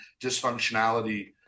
dysfunctionality